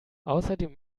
außerdem